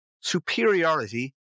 superiority